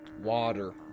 Water